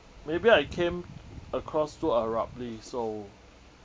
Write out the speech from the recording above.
maybe I came across too abruptly so